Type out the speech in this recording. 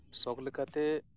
ᱥᱚᱠ ᱞᱮᱠᱟᱛᱮ